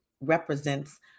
represents